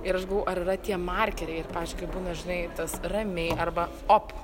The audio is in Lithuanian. ir aš gau ar yra tie markeriai ir pavyzdžiui kai būna žinai tas ramiai arba op